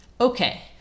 Okay